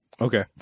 okay